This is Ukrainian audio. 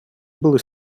були